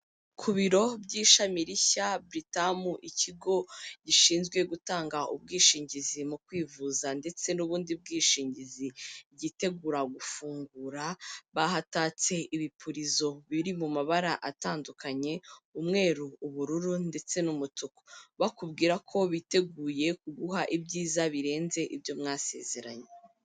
Ku biro by'ishami rishya Britam, ikigo gishinzwe gutanga ubwishingizi mu kwivuza ndetse n'ubundi bwishingizi gitegura gufungura, bahatatse ibipiruzo biri mu mabara atandukanye, umweru, ubururu ndetse n'umutuku, bakubwira ko biteguye kuguha ibyiza birenze ibyo mwasezeranye.